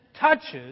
touches